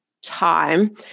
time